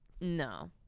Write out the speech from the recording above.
No